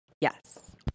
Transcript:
Yes